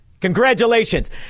Congratulations